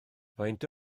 faint